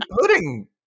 pudding